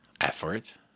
effort